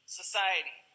society